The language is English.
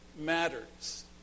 matters